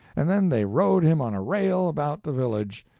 and then they rode him on a rail about the village,